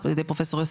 על ידי פרופסור יוסי,